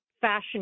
fashion